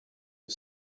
you